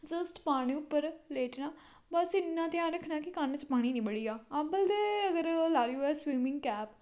just पानी उप्पर लेटना बस इन्ना ध्यान रक्खना कि कन्न च पानी निं बड़ी जा अब्बल ते अगर लादी होऐ स्विमिंग कैप